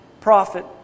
prophet